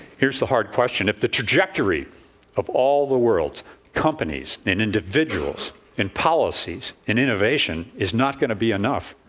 here's the hard question, if the trajectory of all the world's companies and individuals and policies and innovation is not going to be enough,